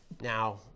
Now